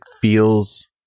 feels